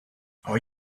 are